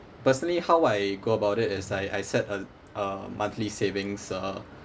personally how I go about it is I I set a a monthly savings uh